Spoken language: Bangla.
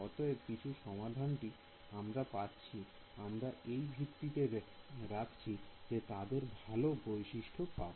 অতএব কিছু সমাধানটি আমরা পাচ্ছি আমরা এই ভিত্তিতে রাখছি যে তাদের ভালো বৈশিষ্ট্য পাব